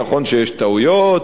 נכון שיש טעויות,